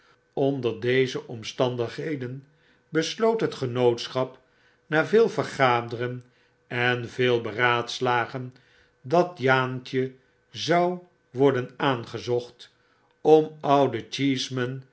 onder deze omstandigheden besloot het genootschap na veel vergaderen en veel beraadslagen dat jaantje zou worden aangezochtom ouden